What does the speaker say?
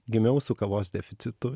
gimiau su kavos deficitu